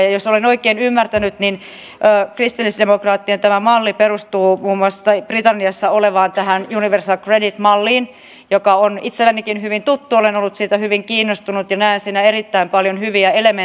jos olen oikein ymmärtänyt tämä kristillisdemokraattien malli perustuu britanniassa olevaan universal credit malliin joka on itsellenikin hyvin tuttu olen ollut siitä hyvin kiinnostunut ja näen siinä erittäin paljon hyviä elementtejä